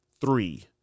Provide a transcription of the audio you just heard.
three